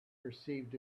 perceived